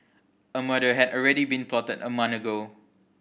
a murder had already been plotted a month ago